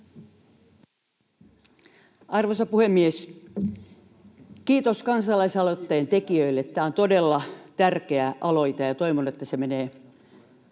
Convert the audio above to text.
Arvoisa puhemies! Kiitos kansalaisaloitteen tekijöille. Tämä on todella tärkeä aloite, ja toivon, että se menee